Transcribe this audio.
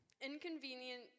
inconvenient